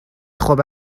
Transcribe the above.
خوب